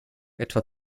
etwa